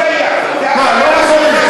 זה לא שייך, מה, לא בוחרים?